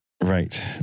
Right